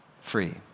free